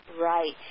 right